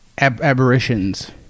aberrations